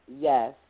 yes